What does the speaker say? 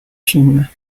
films